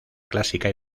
clásica